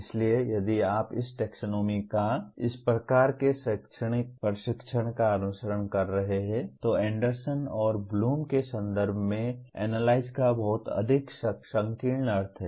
इसलिए यदि आप इस टेक्सोनोमी या इस प्रकार के शैक्षणिक प्रशिक्षण का अनुसरण कर रहे हैं तो एंडरसन और ब्लूम के संदर्भ में एनालाइज का बहुत अधिक संकीर्ण अर्थ है